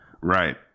Right